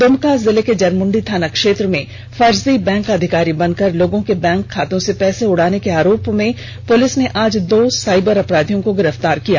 द्मका जिले के जरमुंडी थाना क्षेत्र में फर्जी बैंक अधिकारी बन कर लोगों के बैंक खातों से पैसे उड़ाने के आरोप में पुलिस ने आज दो साईबर अपराधियों को गिरफतार कर लिया